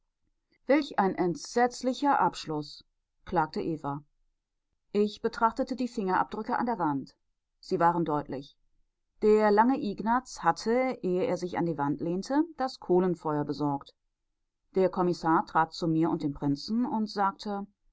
welch ein entsetzlicher abschluß klagte eva ich betrachtete die fingerabdrücke an der wand sie waren deutlich der lange ignaz hatte ehe er sich an die wand lehnte das kohlenfeuer besorgt der kommissar trat zu mir und dem prinzen und sagte